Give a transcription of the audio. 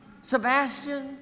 Sebastian